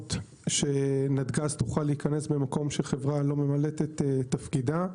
העקרונות שנתגז תוכל להיכנס במקום שחברה לא ממלאת את תפקידה.